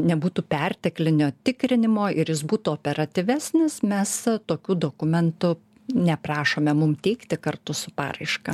nebūtų perteklinio tikrinimo ir jis būtų operatyvesnis mes tokių dokumentų neprašome mum teikti kartu su paraiška